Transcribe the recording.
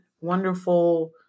wonderful